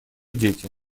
дети